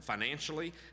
financially